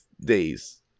days